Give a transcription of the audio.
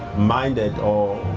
minded or